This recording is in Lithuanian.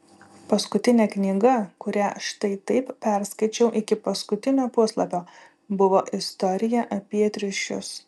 paskutinė knyga kurią štai taip perskaičiau iki paskutinio puslapio buvo istorija apie triušius